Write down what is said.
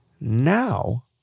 Now